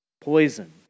poison